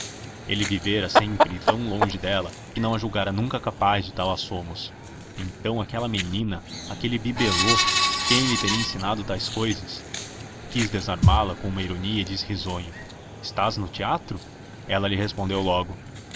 ele vivera sempre tão loge dela que não a julgara nunca capaz de tais assomos então aquela menina então aquele bibelot quem lhe teria ensinado tais cousas quis desarmá la com uma ironia e disse risonho está no teatro ela lhe respondeu logo